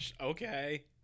Okay